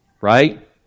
right